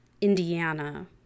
Indiana